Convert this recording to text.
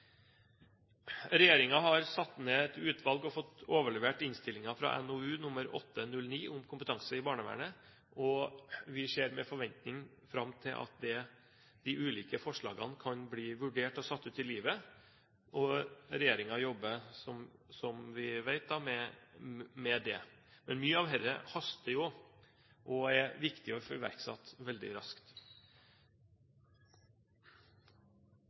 og vi ser med forventning fram til at de ulike forslagene kan bli vurdert og satt ut i livet. Regjeringen jobber, som vi vet, med det. Mye av dette haster jo, og er viktig å få iverksatt veldig raskt.